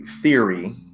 theory